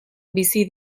bizi